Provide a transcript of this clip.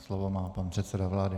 Slovo má pan předseda vlády.